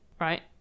Right